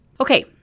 Okay